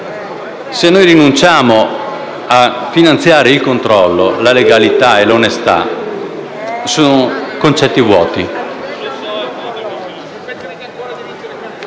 Se noi rinunciamo a finanziare il controllo, legalità e onestà sono concetti vuoti.